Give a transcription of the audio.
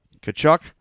Kachuk